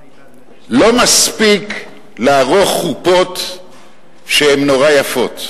לא מספיק לערוך חופות שהן יפות.